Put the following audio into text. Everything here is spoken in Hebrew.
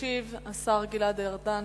ישיב השר גלעד ארדן,